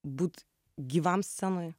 būt gyvam scenoj